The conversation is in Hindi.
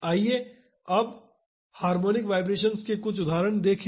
आइए अब हार्मोनिक वाईब्रेशन्स के कुछ उदाहरण देखें